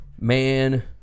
man